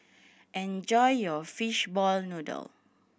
enjoy your fish ball noodle